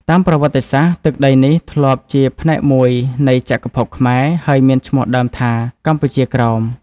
តាមប្រវត្តិសាស្ត្រ ទឹកដីនេះធ្លាប់ជាផ្នែកមួយនៃចក្រភពខ្មែរ ហើយមានឈ្មោះដើមថា កម្ពុជាក្រោម។